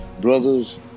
brothers